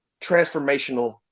transformational